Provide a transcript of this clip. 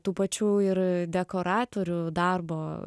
tų pačių ir dekoratorių darbo